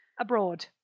abroad